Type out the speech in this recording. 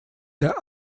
der